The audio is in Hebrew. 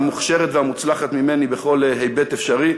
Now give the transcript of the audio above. המוכשרת והמוצלחת ממני בכל היבט אפשרי,